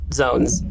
zones